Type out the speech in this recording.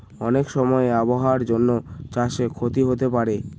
অনেক সময় আবহাওয়ার জন্য চাষে ক্ষতি হতে পারে